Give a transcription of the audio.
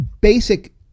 basic